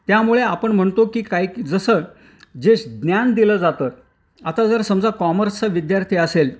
त्यामुळे आपण म्हणतो की काहीक जसं जे ज्ञान दिलं जातं आता जर समजा कॉमर्सचा विद्यार्थी असेल